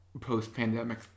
post-pandemic